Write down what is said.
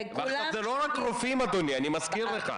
זה לא רק רופאים, אדוני, אני מזכיר לך.